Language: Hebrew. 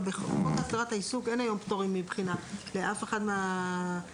בחוק להסדרת העיסוק אין היום פטורים מבחינה לאף אחד מהמקצועות.